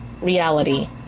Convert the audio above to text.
reality